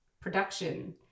production